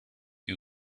you